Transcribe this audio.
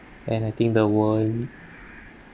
and I think the world